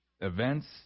events